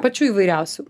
pačių įvairiausių